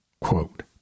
quote